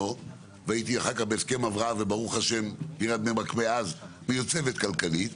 והייתי אחר כך בהסכם אברהם וברוך השם עיריית בני ברק מאז מיוצבת כלכלית,